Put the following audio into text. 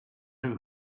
who